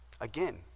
Again